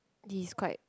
he is quite